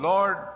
Lord